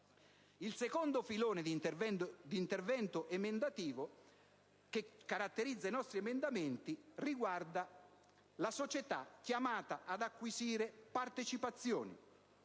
Il secondo filone d'intervento emendativo che caratterizza i nostri emendamenti riguarda la società chiamata ad acquisire partecipazioni.